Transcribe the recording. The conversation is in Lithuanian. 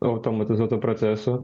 automatizuotų procesų